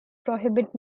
prohibit